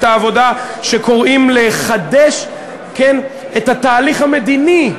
העבודה שקוראים לחדש את התהליך המדיני.